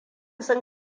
sun